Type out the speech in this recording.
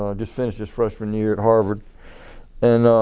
ah just finished his freshman year at harvard and